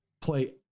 play